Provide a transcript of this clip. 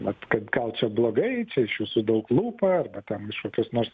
vat kaip gaut čia blogai čia iš visų daug lupa arba kam iš kokios nors